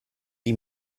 die